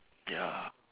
ya